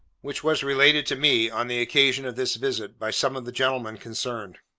which was related to me, on the occasion of this visit, by some of the gentlemen concerned.